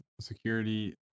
security